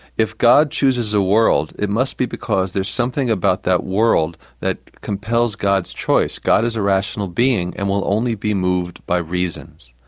if god chooses a world it must because there's something about that world that compels god's choice. god is a rational being and will only be moved by reason.